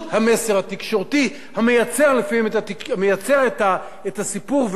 המייצר את הסיפור ולא מסקר את הסיפור.